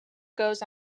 goes